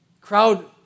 Crowd